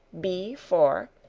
b. four,